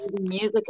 music